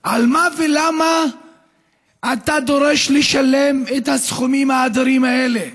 על מה ולמה אתה דורש לשלם את הסכומים האדירים האלה?